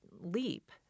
leap